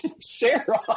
Sarah